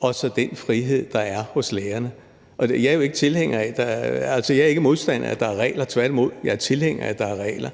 og så den frihed, der er hos lærerne. Jeg er ikke modstander af, at der er regler; tværtimod er jeg tilhænger af, at der er regler.